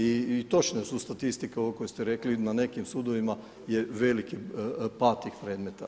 I točne su statistike ovo koje ste rekli na nekim sudovima je veliki pad tih predmeta.